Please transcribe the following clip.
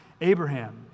Abraham